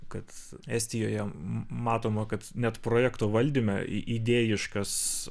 kad estijoje matoma kad net projekto valdyme idėjiškas